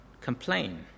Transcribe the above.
complain